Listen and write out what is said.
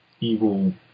evil